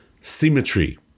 symmetry